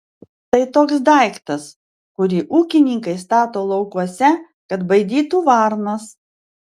tai toks daiktas kurį ūkininkai stato laukuose kad baidytų varnas